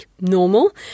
normal